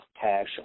cash